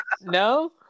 no